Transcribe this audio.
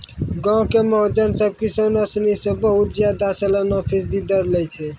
गांवो के महाजन सभ किसानो सिनी से बहुते ज्यादा सलाना फीसदी दर लै छै